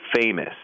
FAMOUS